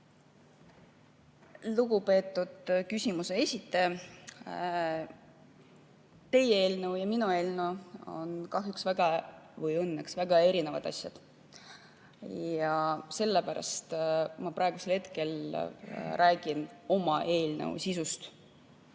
Lugupeetud küsimuse esitaja! Teie eelnõu ja minu eelnõu on kahjuks või õnneks väga erinevad asjad ja sellepärast ma praegu räägin oma eelnõu sisust.